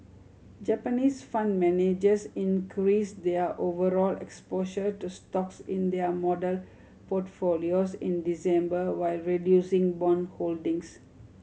Japanese fund managers increased their overall exposure to stocks in their model portfolios in December while reducing bond holdings